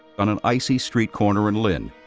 on an icy street corner in lynn,